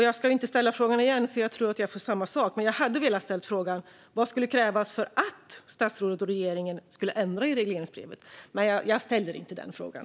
Jag ska inte ställa frågan igen, för jag tror att jag får samma svar. Jag hade velat ställa frågan: Vad skulle krävas för att statsrådet och regeringen skulle ändra i regleringsbrevet? Men jag ställer inte den frågan.